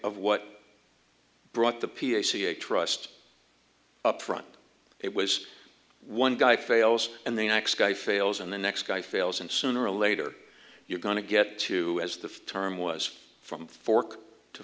of what brought the pca trust up front it was one guy fails and the next guy fails and the next guy fails and sooner or later you're going to get to as the term was from fork to